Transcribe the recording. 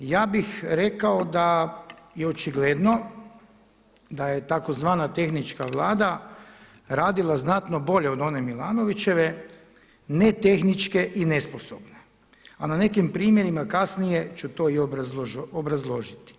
Ja bih rekao da je očigledno da je tzv. tehnička vlada radila znatno bolje od one MIlanovićeve ne tehničke i nesposobne, a nekim primjerima kasnije ću to i obrazložiti.